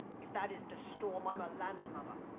if that isn't a storm i'm a land-lubber.